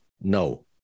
no